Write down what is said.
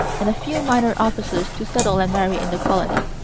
and a few minor officers to settle and marry in the colony.